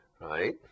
right